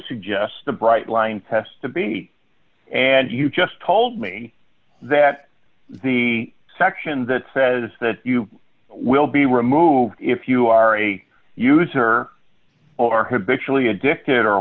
suggest a bright line test to be and you just told me that the section that says that you will be removed if you are a user or habitually addicted or